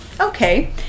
okay